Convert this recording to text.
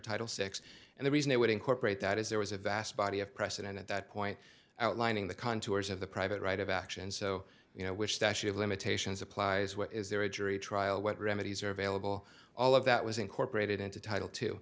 title six and the reason it would incorporate that is there was a vast body of precedent at that point outlining the contours of the private right of action so you know which statute of limitations applies what is there a jury trial what remedies are available all of that was incorporated into title t